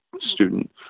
student